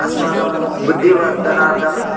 अस्माकं बुद्धिवर्धनार्थं